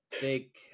big